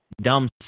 dumb